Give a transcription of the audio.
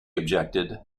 objected